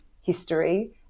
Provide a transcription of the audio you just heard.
history